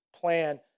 plan